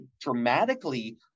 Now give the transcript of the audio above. dramatically